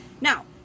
Now